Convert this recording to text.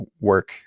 work